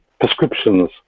prescriptions